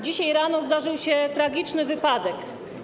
Dzisiaj rano zdarzył się tragiczny wypadek.